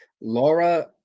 Laura